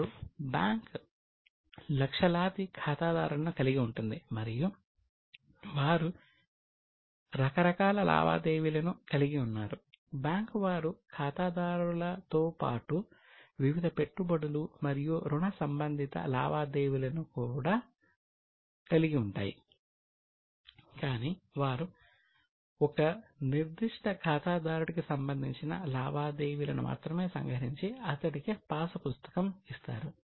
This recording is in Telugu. ఇప్పుడు బ్యాంక్ లక్షలాది ఖాతాదారులను కలిగి ఉంటుంది మరియు వారు రకరకాల లావాదేవీలను కలిగి ఉన్నారు బ్యాంకు వారు ఖాతాదారులతో పాటు వివిధ పెట్టుబడులు మరియు రుణ సంబంధిత లావాదేవీలను కూడా కలిగి ఉంటారు కాని వారు ఒక నిర్దిష్ట ఖాతాదారుడికి సంబంధించిన లావాదేవీలను మాత్రమే సంగ్రహించి అతడికి పాసుపుస్తకం ఇస్తారు